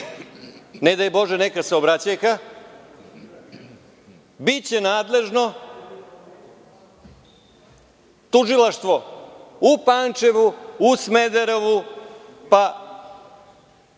ne daj bože neka saobraćajka, biće nadležno tužilaštvo u Pančevu, u Smederevu, pa